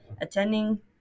attending